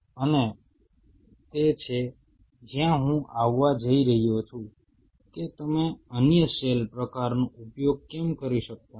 અને તે તે છે જ્યાં હું આવવા જઈ રહ્યો છું કે તમે અન્ય સેલ પ્રકારનો ઉપયોગ કેમ કરી શકતા નથી